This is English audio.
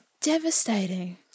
devastating